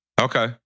Okay